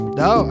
no